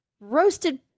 roasted